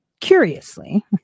curiously